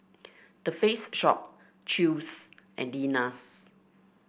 The Face Shop Chew's and Lenas